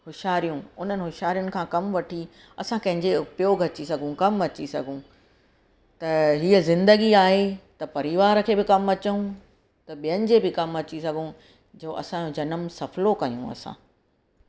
होशियारियूं उन्हनि होशियारियुनि खां कमु वठी असां कंहिंजे उपयोगु अची सघूं कमु अची सघूं त हीअ जिंदगी आहे त परिवार खे भी कमु अचूं त ॿियनि जे बि कमु अची सघूं जो असांजो जनम सफलो कयूं असां